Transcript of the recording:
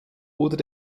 oder